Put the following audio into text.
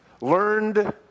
learned